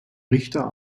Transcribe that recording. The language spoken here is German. richter